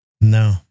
No